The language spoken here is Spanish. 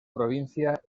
provincia